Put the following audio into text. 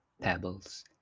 pebbles